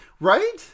Right